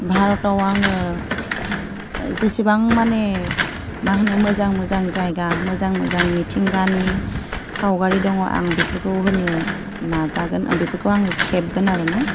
भारताव आङो जेसेबां माने मा होनो मोजां मोजां जायगा मोजां मोजां मिथिंगानि सावगारि दङ आं बेफोरखौ होनो नाजागोन आं बेफोरखौ आं खेबगोन आरोना